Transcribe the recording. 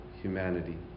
humanity